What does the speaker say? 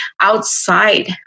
outside